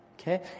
okay